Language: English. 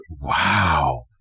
Wow